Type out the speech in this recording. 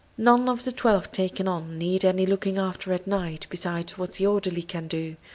none of the twelve taken on need any looking after at night besides what the orderly can do,